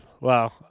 wow